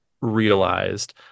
realized